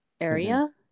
area